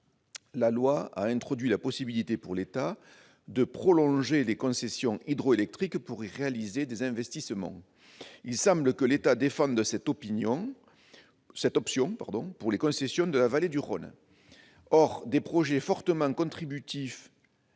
La loi a introduit la possibilité pour l'État de prolonger des concessions hydroélectriques pour y réaliser des investissements. Il semble que cette option soit retenue pour les concessions de la vallée du Rhône. Or des projets s'inscrivant